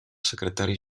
secretari